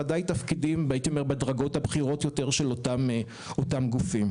ודאי תפקידים בדרגות הבכירות יותר של אותם גופים.